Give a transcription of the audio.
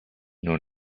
non